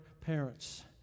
parents